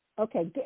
Okay